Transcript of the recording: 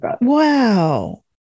Wow